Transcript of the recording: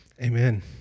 Amen